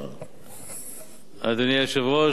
אדוני היושב-ראש,